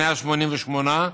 188,